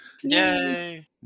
Yay